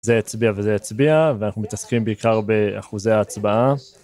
זה יצביע וזה יצביע ואנחנו מתעסקים בעיקר באחוזי ההצבעה.